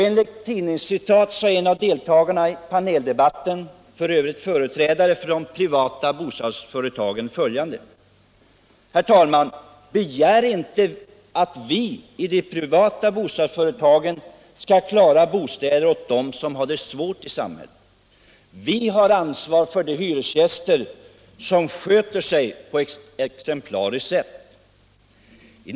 Enligt tidningsreferat sade en av deltagarna i paneldebatten — för övrigt företrädare för de privata bostadsföretagen —- följande: Begär inte att vi i de privata bostadsföretagen skall klara bostäder åt dem som har det svårt i samhället. Vi har ansvar för de hyresgäster som sköter sig på ett exemplariskt sätt.